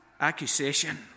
accusation